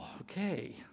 okay